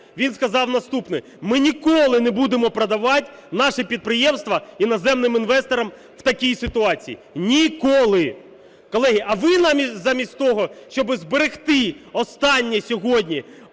він сказав наступне: "Ми ніколи не будемо продавати наші підприємства іноземним інвесторам в такій ситуації". Ніколи! Колеги, а ви замість того, щоб зберегти останнє сьогодні,